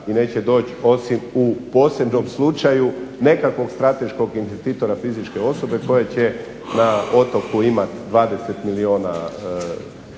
ni neće doći osim u posebnom slučaju nekakvog strateškog investitora fizičke osobe koje će na otoku imati 20 milijuna kuna